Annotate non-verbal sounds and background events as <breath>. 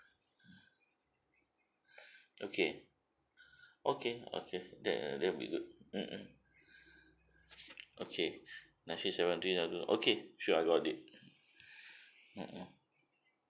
okay <breath> okay okay that that'll be good mm mm okay <breath> okay sure I got it mm mm